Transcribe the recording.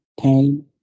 pain